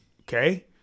Okay